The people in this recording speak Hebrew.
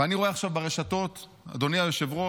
ואני רואה עכשיו ברשתות, אדוני היושב-ראש,